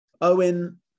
Owen